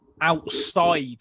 outside